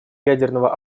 ядерного